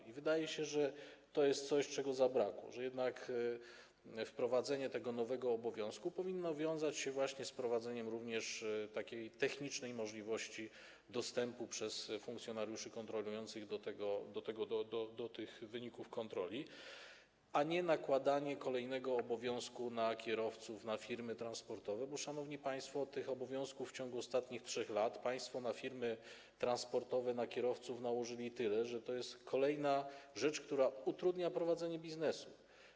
I wydaje się, że to jest coś, czego zabrakło, że jednak wprowadzenie tego nowego obowiązku powinno wiązać się właśnie z wprowadzeniem również takiej technicznej możliwości dostępu funkcjonariuszy kontrolujących do wyników tej kontroli, a nie powinno być to nakładanie kolejnego obowiązku na kierowców, firmy transportowe, bo, szanowni państwo, tych obowiązków w ciągu ostatnich 3 lat państwo na firmy transportowe, na kierowców nałożyliście tyle, że to jest kolejna rzecz, która utrudnia prowadzenie biznesu.